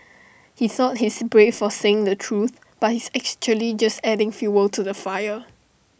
he thought he's brave for saying the truth but he's actually just adding fuel to the fire